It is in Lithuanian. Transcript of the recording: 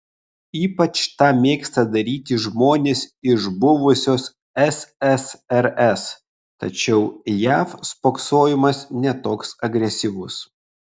ypač tą mėgsta daryti žmonės iš buvusios ssrs tačiau jav spoksojimas ne toks agresyvus